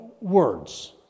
words